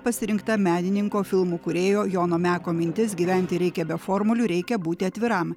pasirinkta menininko filmų kūrėjo jono meko mintis gyventi reikia be formulių reikia būti atviram